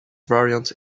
variant